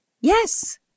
yes